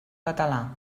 català